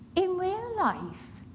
in real life